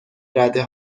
رده